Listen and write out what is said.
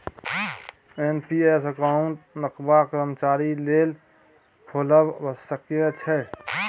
NPS account नबका कर्मचारी लेल खोलब आबश्यक छै